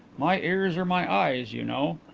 my ears are my eyes, you know.